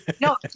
No